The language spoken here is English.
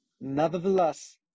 Nevertheless